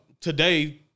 today